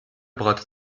breitet